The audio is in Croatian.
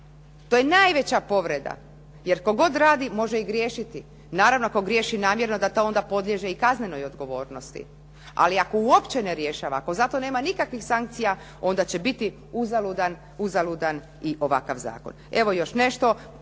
To je najveća povreda, jer tko god radi može i griješiti. Naravno tko griješi namjerno, da to onda podliježe i kaznenoj odgovornosti, ali ako uopće ne rješava, ako za to nema nikakvih sankcija onda će biti uzaludan i ovakav zakon. Evo još nešto.